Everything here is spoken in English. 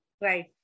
Right